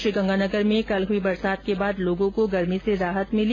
श्रीगंगानगर में कल हुई बरसात के बाद लोगों को गर्मी से राहत मिली